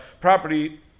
property